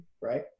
right